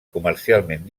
comercialment